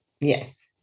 Yes